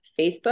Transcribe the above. Facebook